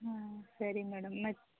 ಹ್ಞೂ ಸರಿ ಮೇಡಂ ಮತ್ತು